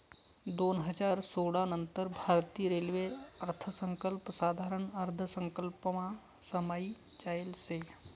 दोन हजार सोळा नंतर भारतीय रेल्वे अर्थसंकल्प साधारण अर्थसंकल्पमा समायी जायेल शे